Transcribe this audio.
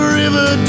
river